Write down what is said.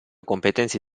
competenze